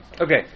Okay